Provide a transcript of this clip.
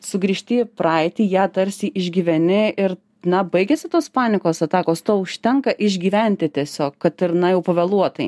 sugrįžti į praeitį ją tarsi išgyveni ir na baigiasi tos panikos atakos to užtenka išgyventi tiesiog kad ir na jau pavėluotai